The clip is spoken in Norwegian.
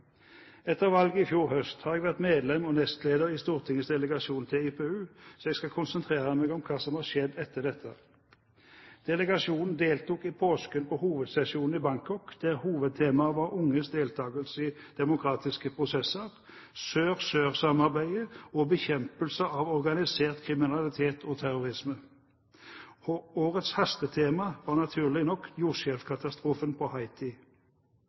Etter valget i fjor høst har jeg vært medlem og nestleder i Stortingets delegasjon til IPU, så jeg skal konsentrere meg om hva som har skjedd etter dette. Delegasjonen deltok i påsken på hovedsesjonen i Bangkok, der hovedtemaet var unges deltakelse i demokratiske prosesser, sør–sør-samarbeid og bekjempelse av organisert kriminalitet og terrorisme. Årets hastetema var naturlig nok jordskjelvkatastrofen på